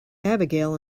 abigail